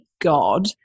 God